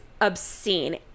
obscene